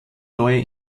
neue